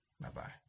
Bye-bye